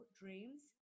dreams